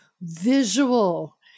visual